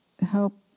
help